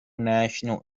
national